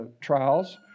trials